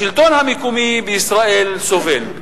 השלטון המקומי בישראל סובל,